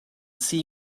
see